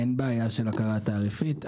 אין בעיה של הכרה תעריפית.